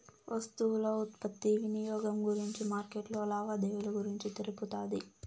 వస్తువుల ఉత్పత్తి వినియోగం గురించి మార్కెట్లో లావాదేవీలు గురించి తెలుపుతాది